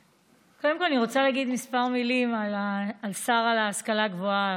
קודם כול אני רוצה להגיד כמה מילים על השר להשכלה הגבוהה,